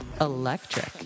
Electric